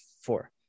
four